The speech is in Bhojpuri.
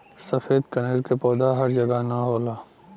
सफ़ेद कनेर के पौधा हर जगह ना होला